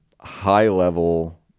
high-level